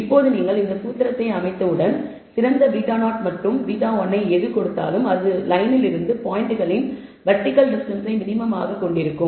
இப்போது நீங்கள் இந்த சூத்திரத்தை அமைத்தவுடன் சிறந்த β0 மற்றும் β1 ஐ எது கொடுத்தாலும் அது லயனில் இருந்து பாயிண்ட்களின் வெர்டிகல் டிஸ்டன்ஸ்ஸை மினிமம் ஆக கொண்டிருக்கும்